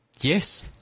Yes